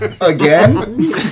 Again